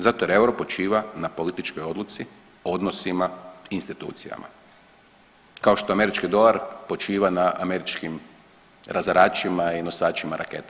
Zato jer euro počiva na političkoj odluci, odnosima i institucijama, kao što američki dolar počiva na američkim razaračima i nosačima raketa.